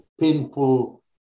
painful